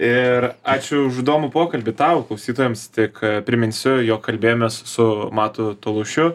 ir ačiū už įdomų pokalbį tau klausytojams tik priminsiu jog kalbėjomės su matu tolušiu